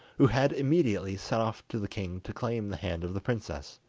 who had immediately set off to the king to claim the hand of the princess.